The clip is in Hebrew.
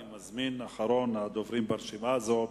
אני מזמין את אחרון הדוברים ברשימה הזאת,